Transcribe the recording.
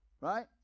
Right